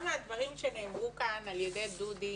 גם מהדברים שנאמרו כאן על ידי דודי,